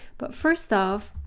but first off,